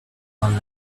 and